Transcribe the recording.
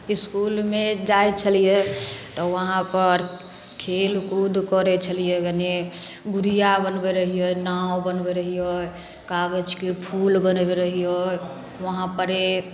इसकुलमे जाय छलिए तऽ वहाँ पर खेल कूद करै छलिए गने गुड़िया बनबै रहिए नाव बनबै रहिए कागजके फूल बनबै रहिए वहाँ परे